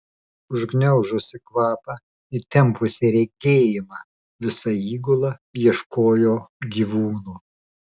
užgniaužusi kvapą įtempusi regėjimą visa įgula ieškojo gyvūno